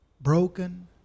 broken